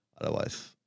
otherwise